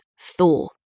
Thor